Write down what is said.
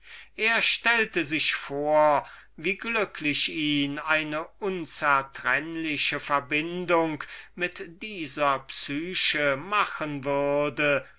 er stellte sich vor wie glücklich ihn eine unzertrennliche verbindung mit dieser psyche machen würde